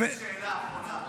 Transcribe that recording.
יש לי שאלה אחרונה.